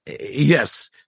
Yes